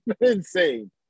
insane